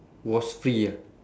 was free ah